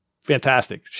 fantastic